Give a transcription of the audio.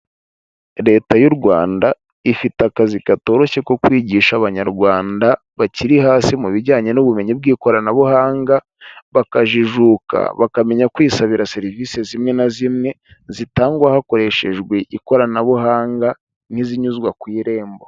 Leta y'u Rwanda ifite akazi katoroshye ko kwigisha abanyarwanda bakiri hasi mu bijyanye n'ubumenyi bw'ikoranabuhanga, bakajijuka bakamenya kwisabira serivise zimwe na zimwe zitangwa hakoreshejwe ikoranabuhanga n'izinyuzwa ku Irembo.